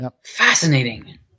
Fascinating